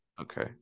Okay